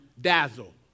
dazzle